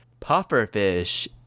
pufferfish